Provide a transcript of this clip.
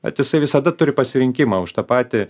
bet jisai visada turi pasirinkimą už tą patį